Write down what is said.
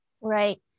Right